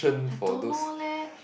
I don't know leh